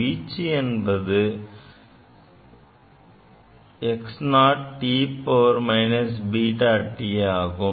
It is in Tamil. வீச்சு என்பது x0e βt ஆகும்